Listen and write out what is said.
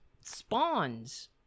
spawns